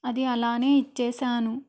అది అలానే ఇచ్చేసాను